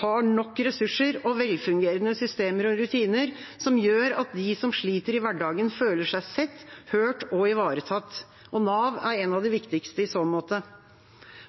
har nok ressurser og velfungerende systemer og rutiner som gjør at de som sliter i hverdagen, føler seg sett, hørt og ivaretatt. Nav er en av de viktigste i så måte.